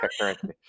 currently